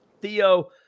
Theo